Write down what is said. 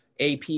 AP